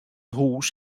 hús